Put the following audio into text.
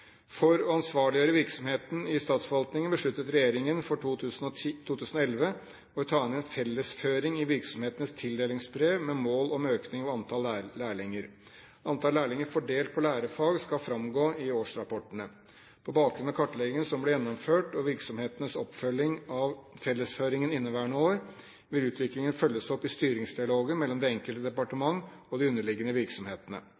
For å ansvarliggjøre virksomheten i statsforvaltningen besluttet regjeringen for 2011 å ta inn en fellesføring i virksomhetenes tildelingsbrev med mål om en økning av antall lærlinger. Antall lærlinger fordelt på lærefag skal framgå i årsrapportene. På bakgrunn av kartleggingene som ble gjennomført, og virksomhetenes oppfølging av fellesføringen inneværende år, vil utviklingen følges opp i styringsdialogen mellom det enkelte